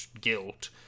guilt